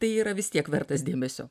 tai yra vis tiek vertas dėmesio